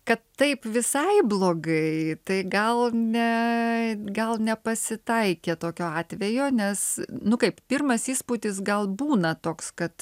kad taip visai blogai tai gal ne gal nepasitaikė tokio atvejo nes nu kaip pirmas įspūdis gal būna toks kad